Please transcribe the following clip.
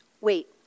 wait